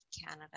Canada